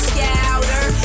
Scouter